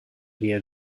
via